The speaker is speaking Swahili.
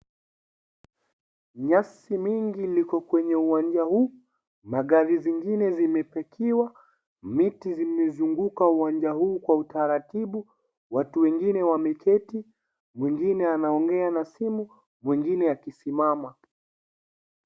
Nyasi mingi liko kwenye uwanja huu , magari zingine zimepakiwa miti zimezunguka uwanja huu kwa utaratibu. Watu wengine wameketi mwingine anaongea na simu mwengine akisimama.